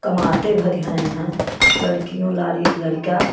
कमाते भर हैं यहाँ लड़कियों लाड़ी लड़का